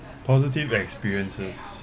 positive experiences